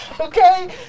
Okay